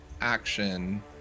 action